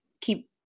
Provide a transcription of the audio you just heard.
keep